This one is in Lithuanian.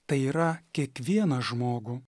tai yra kiekvieną žmogų